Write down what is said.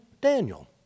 Daniel